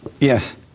Yes